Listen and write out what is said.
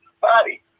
body